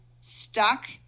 stuck